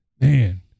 Man